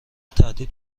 تهدید